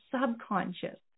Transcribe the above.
subconscious